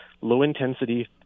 low-intensity